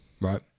Right